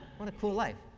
what a cool life.